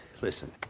Listen